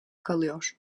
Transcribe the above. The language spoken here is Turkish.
kalıyor